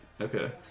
Okay